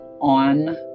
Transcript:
on